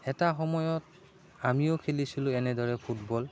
এটা সময়ত আমিও খেলিছিলোঁ এনেদৰে ফুটবল